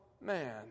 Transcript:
man